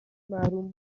محروم